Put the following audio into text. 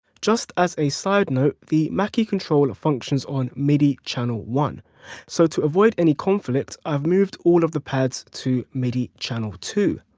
just as a side note the mackie control functions on midi channel one so to avoid any conflict i've moved all the pads to midi channel two.